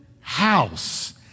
house